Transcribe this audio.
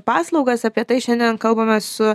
paslaugas apie tai šiandien kalbamės su